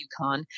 UConn